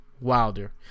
Wilder